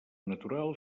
natural